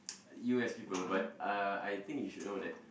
U_S people but uh I think you should know that